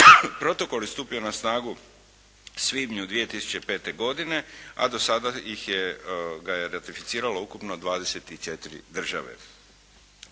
Protokol je stupio na snagu u svibnju 2005. godine, a do sada ga je ratificiralo ukupno 24 države.